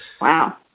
Wow